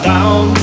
Down